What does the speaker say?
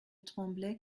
tremblaient